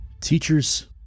Teachers